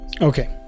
Okay